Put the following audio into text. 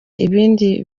ibindi